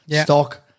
stock